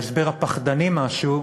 ההסבר הפחדני-משהו,